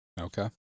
Okay